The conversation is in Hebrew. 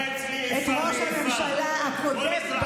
את ראש הממשלה הקודם,